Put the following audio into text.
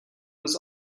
was